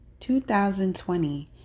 2020